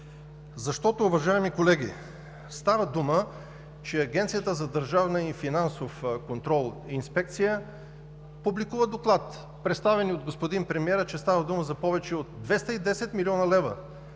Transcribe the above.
Уважаеми колеги, става дума, че Агенцията за държавна финансова инспекция публикува Доклад, представен ни от господин премиера, че става дума за повече от 210 млн. лв.